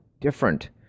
different